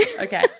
okay